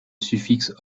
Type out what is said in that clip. suffixe